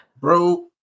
Bro